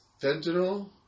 Fentanyl